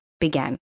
began